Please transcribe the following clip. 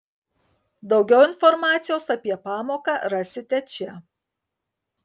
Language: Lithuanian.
daugiau informacijos apie pamoką rasite čia